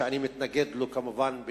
שאני מתנגד לו, כמובן,